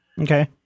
Okay